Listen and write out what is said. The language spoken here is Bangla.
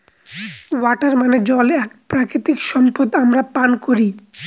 ওয়াটার মানে জল এক প্রাকৃতিক সম্পদ আমরা পান করি